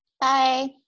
Bye